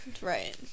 right